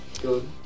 Good